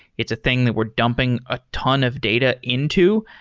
it's a thing that we're dumping a ton of data into.